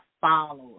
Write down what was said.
followers